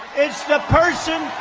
it's the person